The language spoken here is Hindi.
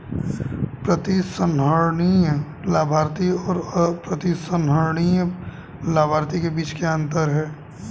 प्रतिसंहरणीय लाभार्थी और अप्रतिसंहरणीय लाभार्थी के बीच क्या अंतर है?